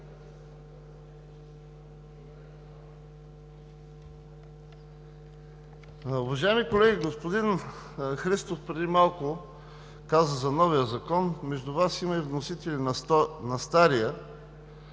Уважаеми колеги, господин Христов преди малко каза за новия закон. Между Вас има и вносители на стария